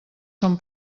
són